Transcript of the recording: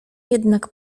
jednak